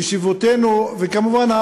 וכמובן,